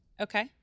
Okay